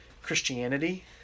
christianity